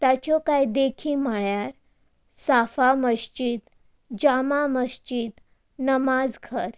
ताच्यो कांय देखी म्हळ्यार साफा मसजीद जामा मसजीद नमाज घर